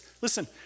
Listen